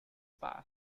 path